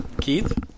Keith